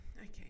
okay